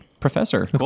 professor